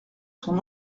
son